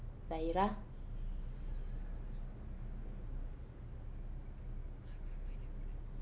zahirah